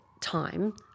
time